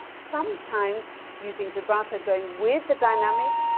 sometimes using vibrato going with the dynamic